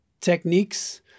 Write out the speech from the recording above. techniques